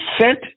sent